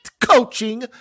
coaching